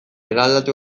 eraldatu